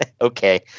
Okay